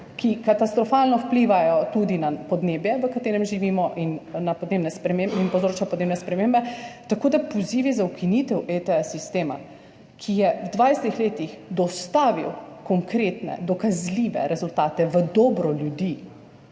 ki katastrofalno vplivajo tudi na podnebje, v katerem živimo in povzroča podnebne spremembe. Tako da pozivi za ukinitev sistema ETS, ki je v 20 letih dostavil konkretne, dokazljive rezultate v dobro ljudi,